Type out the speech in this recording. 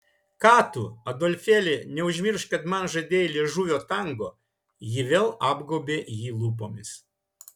ką tu adolfėli neužmiršk kad man žadėjai liežuvio tango ji vėl apgaubė jį lūpomis